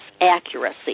accuracy